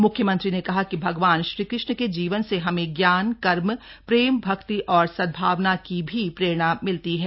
म्ख्यमंत्री ने कहा कि भगवान श्री कृष्ण के जीवन से हमें ज्ञान कर्म प्रेम भक्ति और सद्भावना की भी प्रेरणा मिलती है